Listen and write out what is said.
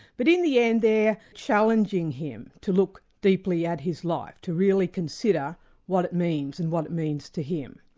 but in the end they're challenging him to look deeply at his life, to really consider what it means, and what it means to him.